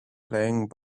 playing